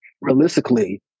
realistically